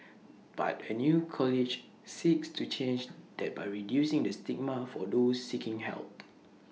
but A new college seeks to change that by reducing the stigma for those seeking help